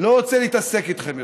לא רוצה להתעסק איתכם יותר.